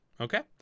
okay